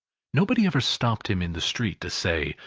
nobody ever stopped him in the street to say,